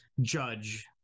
judge